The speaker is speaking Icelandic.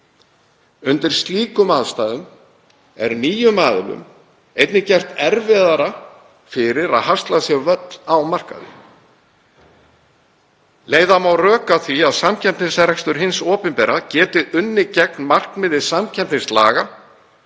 Undir slíkum aðstæðum er nýjum aðilum gert erfiðara fyrir að hasla sér völl á markaði. Leiða má rök að því að samkeppnisrekstur hins opinbera geti unnið gegn markmiði samkeppnislaga